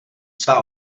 svá